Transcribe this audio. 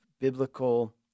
biblical